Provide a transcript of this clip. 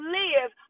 live